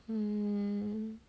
mm